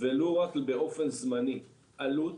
ולו רק באופן זמני עלות